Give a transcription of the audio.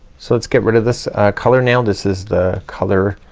so let's get rid of this color now. this is the color